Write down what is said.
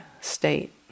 state